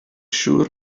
siŵr